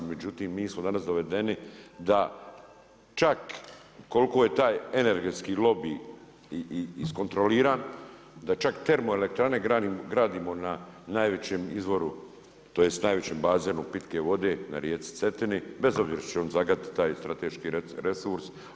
Međutim, mi smo danas dovedeni da čak koliko je taj energetski lobi iskonotroliran, da čak termoelektrane gradimo na najvećem izvoru, tj. najvećem bazenu pitke vode na rijeci Cetini, bez obzira što će on zagaditi taj strateški resurs.